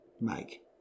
make